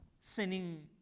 sinning